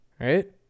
right